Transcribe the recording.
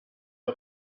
way